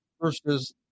versus